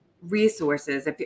resources